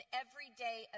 everyday